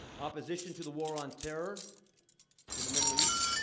opposition to the war on terror in the middle east,